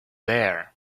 there